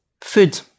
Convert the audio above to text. Food